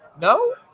No